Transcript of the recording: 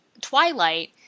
Twilight